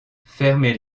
fermez